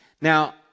Now